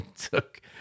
took